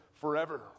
forever